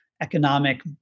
economic